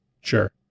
sure